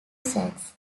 sacks